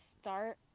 start